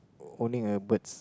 owning a birds